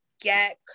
Get